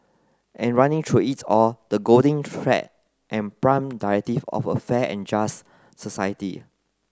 and running through it all the golden thread and prime directive of a fair and just society